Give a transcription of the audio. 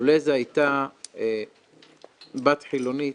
לו זו הייתה בת חילונית